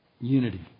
Unity